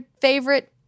favorite